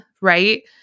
right